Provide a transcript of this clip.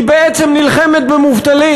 היא בעצם נלחמת במובטלים.